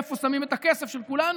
איפה שמים את הכסף של כולנו.